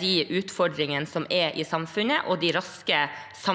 de utfordringene som er i samfunnet, og de raske samfunnsendringene